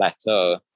plateau